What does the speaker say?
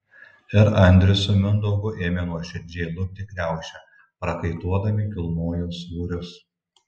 ir andrius su mindaugu ėmė nuoširdžiai lupti kriaušę prakaituodami kilnojo svorius